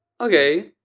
Okay